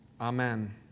Amen